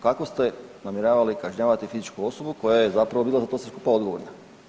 Kako ste namjeravali kažnjavati fizičku osobu koja je zapravo bila za to sve skupa odgovorna?